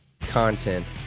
Content